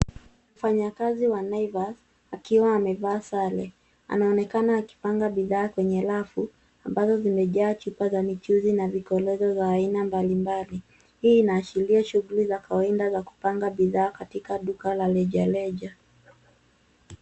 Mfanyakazi wa Naivas, akiwa amevaa sare. Anaonekana akipanga bidhaa kwenye rafu, ambazo zimejaa chupa za michuzi na vikolezo vya aina mbalimbali. Hii inaashiria shughuli za kawaida za kupanga bidhaa, katika duka la rejareja.